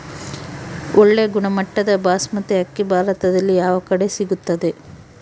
ಒಳ್ಳೆ ಗುಣಮಟ್ಟದ ಬಾಸ್ಮತಿ ಅಕ್ಕಿ ಭಾರತದಲ್ಲಿ ಯಾವ ಕಡೆ ಸಿಗುತ್ತದೆ?